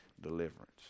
deliverance